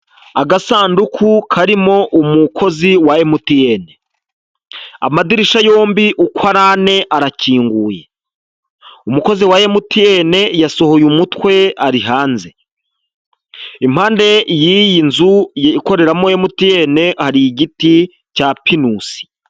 Agasanduku karimo umukozi wa MTN, amadirishya yombi uko ari ane arakinguye, umukozi wa MTN yasohoye umutwe ari hanze, impande y'iyi nzu ikoreramo MTN hari igiti cya pinusi.